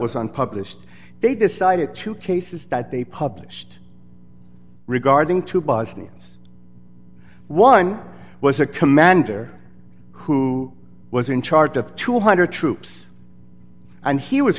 was unpublished they decided to cases that they published regarding to bosnians one was a commander who was in charge of two hundred dollars troops and he was